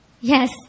Yes